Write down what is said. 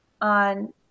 on